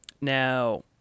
Now